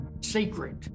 secret